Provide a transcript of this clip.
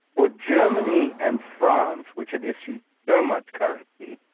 for germany and france, which had issued so much currency,